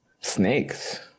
Snakes